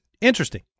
interesting